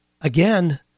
Again